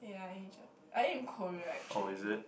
yea in Asia I think in Korea actually